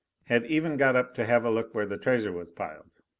had even gotten up to have a look where the treasure was piled.